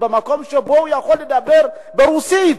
במקום שבו הוא יכול לדבר ברוסית,